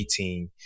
2018